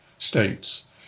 states